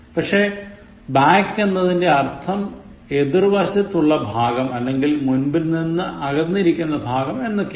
പക്ഷേ back എന്നതിൻറെ അർത്ഥം എതിർവശത്തുള്ളഭാഗം അല്ലെങ്ങിൽ മുൻപിൽ നിന്നു അകന്നിരിക്കുന്ന ഭാഗം എന്നൊക്കെയാണ്